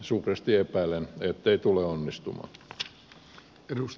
suuresti epäilen ettei tule onnistumaan